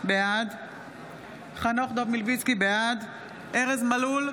בעד חנוך דב מלביצקי, בעד ארז מלול,